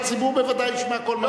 על מנת שהציבור בוודאי ישמע כל מה,